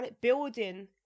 building